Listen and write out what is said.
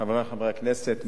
חברי חברי הכנסת,